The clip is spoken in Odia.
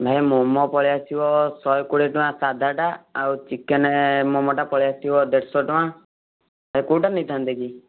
ଭାଇ ମୋମୋ ପଳେଇଆସିବ ଶହେ କୋଡ଼ିଏଟଙ୍କା ସାଧାଟା ଆଉ ଚିକେନ୍ ମୋମୋଟା ପଳେଇଆସିବ ଦେଢ଼ଶହଟଙ୍କା ଭାଇ କୋଉଟା ନେଇଥାନ୍ତେ କି